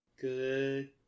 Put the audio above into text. good